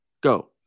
Go